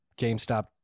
GameStop